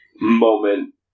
Moment